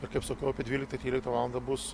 ir kaip sakau apie dvyliktą tryliktą valandą bus